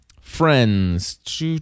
Friends